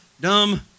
dumb